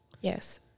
yes